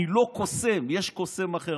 אני לא קוסם, יש קוסם אחר.